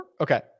Okay